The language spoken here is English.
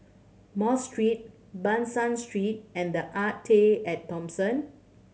Mosque Street Ban San Street and The Arte At Thomson